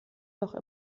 noch